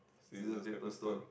scissors paper stone